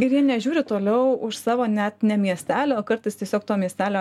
ir jie nežiūri toliau už savo net ne miestelio kartais tiesiog to miestelio